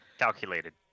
calculated